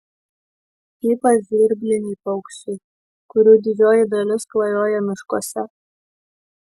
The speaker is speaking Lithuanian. ypač žvirbliniai paukščiai kurių didžioji dalis klajoja miškuose